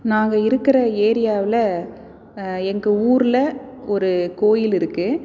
நாங்கள் இருக்கிற ஏரியாவில் எங்கள் ஊரில் ஒரு கோவில் இருக்கு